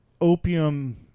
opium